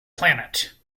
planet